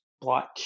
black